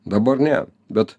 dabar ne bet